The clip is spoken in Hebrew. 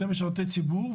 אתם משרתי ציבור,